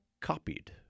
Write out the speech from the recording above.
copied